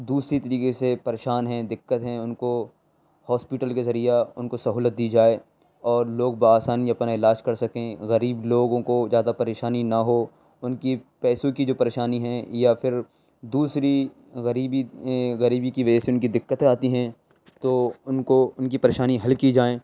دوسری طریقے سے پریشان ہیں دقت ہیں ان کو ہاسپٹل کے ذریعہ ان کو سہولت دی جائے اور لوگ بہ آسانی اپنا علاج کر سکیں غریب لوگوں کو زیادہ پریشانی نہ ہو ان کی پیسوں کی جو پریشانی ہیں یا پھر دوسری غریبی غریبی كی وجہ سے ان كی دقّتیں آتی ہیں تو ان كو ان کی پریشانی حل كی جائیں